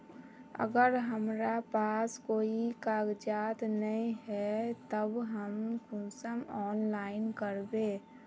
अगर हमरा पास कोई कागजात नय है तब हम कुंसम ऑनलाइन करबे?